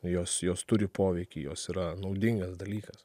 jos jos turi poveikį jos yra naudingas dalykas